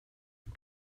and